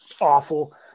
awful